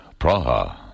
Praha